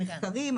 המחקרים,